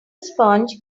sponge